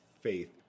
faith